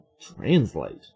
translate